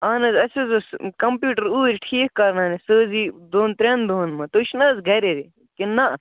اَہَن حظ اَسہِ حظ اوس کَمپیوٗٹر اوٗرۍ ٹھیٖک کَرناونہِ سُہ حظ یِیہِ دۄن ترٛٮ۪ن دۄہَن منٛز تُہۍ چھِو نہَ حظ گَرے کِنہٕ نہَ